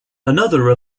another